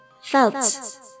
felt